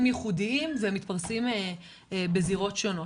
ייחודיים והם מתפרסים בזירות שונות.